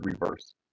reverse